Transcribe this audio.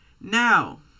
Now